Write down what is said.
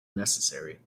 necessary